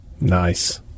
Nice